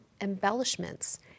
embellishments